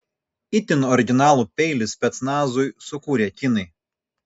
itin originalų peilį specnazui sukūrė kinai